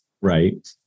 Right